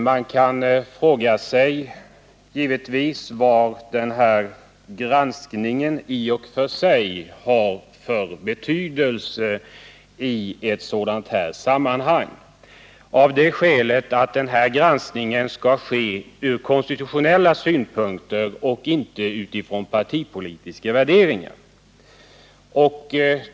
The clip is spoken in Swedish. Man kan givetvis fråga sig vad granskningen har för betydelse i detta sammanhang med tanke på att den skall genomföras ur konstitutionella synpunkter och inte utifrån partipolitiska värderingar.